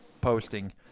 posting